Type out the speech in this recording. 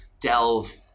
delve